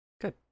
Good